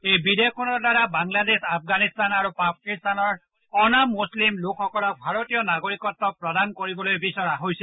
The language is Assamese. এই বিধেয়কখনৰ দ্বাৰা বাংলাদেশ আফগানিস্থান আৰু পাকিস্তানৰ অনা মুছলিম লোকসকলক ভাৰতীয় নাগৰিকত্ব প্ৰদান কৰিবলৈ বিচৰা হৈছে